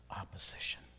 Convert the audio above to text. opposition